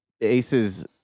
Ace's